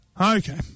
Okay